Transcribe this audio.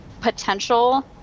potential